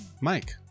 Mike